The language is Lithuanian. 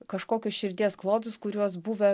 kažkokius širdies klodus kuriuos buve